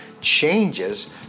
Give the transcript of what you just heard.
changes